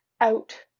out